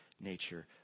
nature